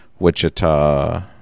wichita